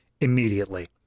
immediately